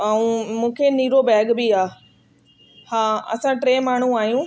ऐं मूंखे नीरो बैग बि आहे हा असां टे माण्हू आहियूं